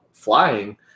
flying